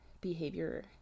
behavior